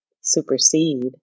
supersede